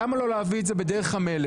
למה לא להביא את זה בדרך המלך,